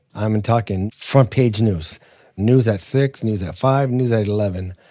i'm and talking front-page news news at six, news at five, news at eleven,